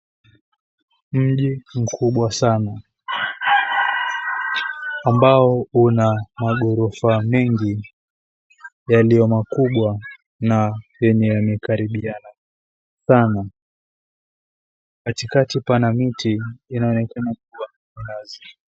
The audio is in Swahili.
Mji mkubwa sana, ambao una maghorofa mengi yaliyo makubwa na yenye yemekaribiana sana. Katikati pana miti inaonekana kuwa minazi.